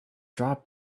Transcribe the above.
dropped